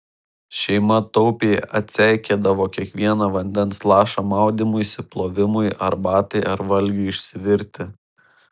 šeima taupiai atseikėdavo kiekvieną vandens lašą maudymuisi plovimui arbatai ar valgiui išsivirti